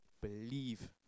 believe